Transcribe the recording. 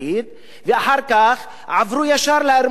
ואחר כך עברו ישר לארמון הנשיאות.